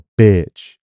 bitch